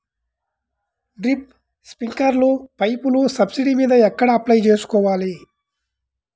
Drip, స్ప్రింకర్లు పైపులు subsidy మీద ఎక్కడ అప్లై చేసుకోవాలి?